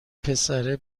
پسره